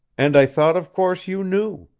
and i thought of course you knew.